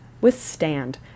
withstand